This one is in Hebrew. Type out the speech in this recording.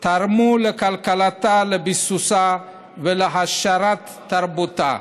תרמו לכלכלתה, לביסוסה ולהעשרת תרבותה.